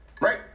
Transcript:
right